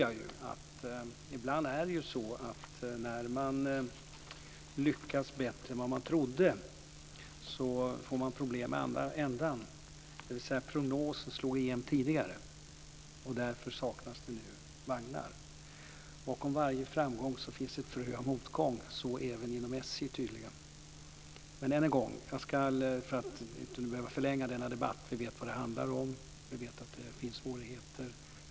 Jag tror att ibland när man lyckas bättre än man trodde blir det problem i andra ändan, dvs. en prognos slår igenom tidigare och därför saknas det nu vagnar. Bakom varje framgång finns ett frö av motgång. Så tydligen även inom SJ. Men än en gång: Vi ska inte förlänga denna debatt. Vi vet vad detta handlar om, var det finns svårigheter.